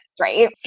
right